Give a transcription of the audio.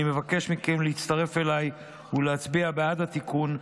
אני מבקש מכם להצטרף אליי ולהצביע בעד התיקון,